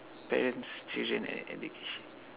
parents children and addiction